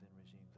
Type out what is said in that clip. regimes